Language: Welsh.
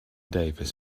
davies